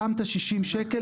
שם את ה-60 שקלים,